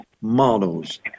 models